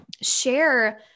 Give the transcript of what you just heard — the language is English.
share